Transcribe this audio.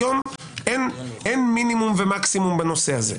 היום אין מינימום ומקסימום בנושא הזה.